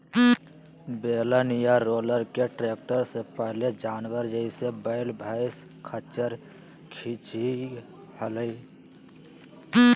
बेलन या रोलर के ट्रैक्टर से पहले जानवर, जैसे वैल, भैंसा, खच्चर खीचई हलई